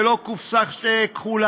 ולא כמו הקופסה הכחולה,